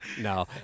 No